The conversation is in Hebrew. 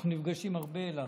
אנחנו נפגשים הרבה לאחרונה.